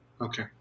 Okay